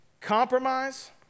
compromise